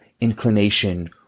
inclination